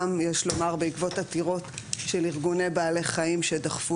גם יש לומר בעקבות עתירות של ארגוני בעלי חיים שדחפו